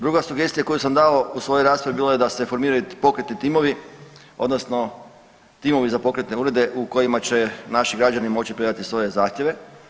Druga sugestija koju sam dao u svojoj raspravi bila je da se formiraju pokretni timovi, odnosno timovi za pokretne urede u kojima će naši građani moći predati svoje zahtjeve.